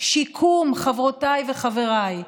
שיקום, חברותיי וחבריי,